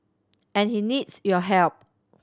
and he needs your help